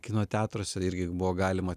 kino teatruose irgi buvo galima